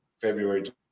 February